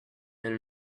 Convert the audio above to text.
and